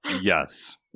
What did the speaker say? Yes